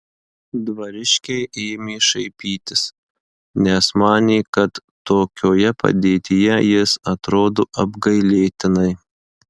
dvariškiai ėmė šaipytis nes manė kad tokioje padėtyje jis atrodo apgailėtinai